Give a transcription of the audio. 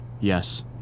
Yes